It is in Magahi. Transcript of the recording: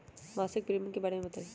मासिक प्रीमियम के बारे मे बताई?